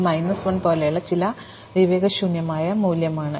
അതിനാൽ ഇത് മൈനസ് 1 പോലുള്ള ചില വിവേകശൂന്യമായ മൂല്യമാണ്